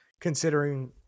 considering